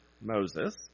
Moses